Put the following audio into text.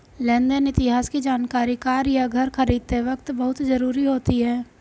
लेन देन इतिहास की जानकरी कार या घर खरीदते वक़्त बहुत जरुरी होती है